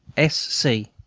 s. c,